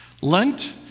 Lent